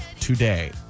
today